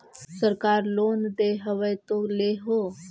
सरकार लोन दे हबै तो ले हो?